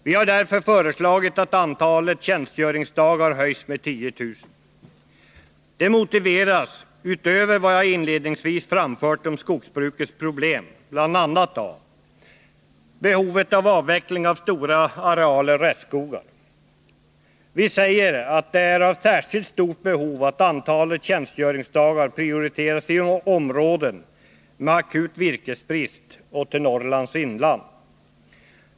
Vi har därför föreslagit att antalet tjänstgöringsdagar höjs med 10 000. Utöver vad jag inledningsvis framfört om skogsbrukets problem motiveras detta bl.a. av behovet av avveckling av stora arealer restskogar. Vi säger att det är särskilt nödvändigt att antalet tjänstgöringsdagar prioriteras i områden med akut virkesbrist och i Norrlands inland.